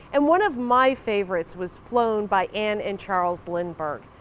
and one of my favorites was flown by anne and charles lindbergh.